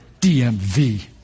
DMV